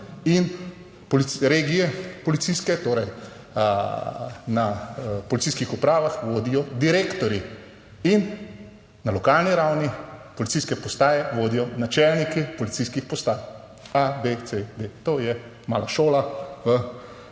in regije, policijske, torej na policijskih upravah vodijo direktorji in na lokalni ravni policijske postaje vodijo načelnike policijskih postaj. A, B, C, D. To je mala šola v